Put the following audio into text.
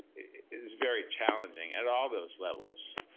it's very challenging at all those levels.